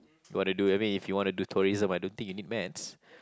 want to do I mean if you want to do tourism I don't think you need Maths